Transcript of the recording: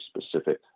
specific